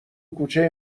کوچه